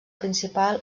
principal